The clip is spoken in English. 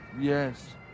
Yes